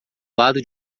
lado